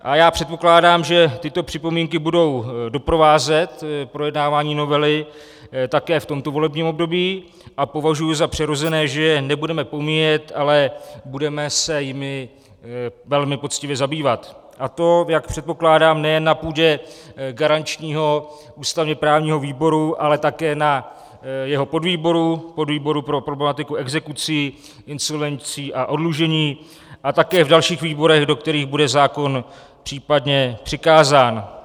A já předpokládám, že tyto připomínky budou doprovázet projednávání novely také v tomto volebním období, a považuji za přirozené, že je nebudeme pomíjet, ale budeme se jimi velmi poctivě zabývat, a to, jak předpokládám, nejen na půdě garančního ústavněprávního výboru, ale také na jeho podvýboru, podvýboru pro problematiku exekucí, insolvencí a oddlužení, a také v dalších výborech, do kterých bude zákon případně přikázán.